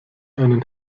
einen